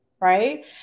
right